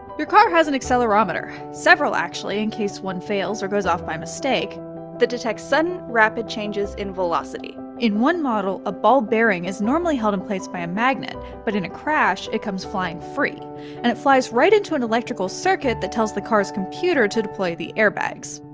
your car has an accelerometer several, actually, in case one fails or goes off by mistake that detects sudden, rapid changes in velocity. in one model, a ball bearing is normally held in place by a magnet, but in a crash, it comes flying free and it flies right into an electrical circuit that tells the car's computer to deploy the airbags.